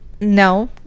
no